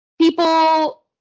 people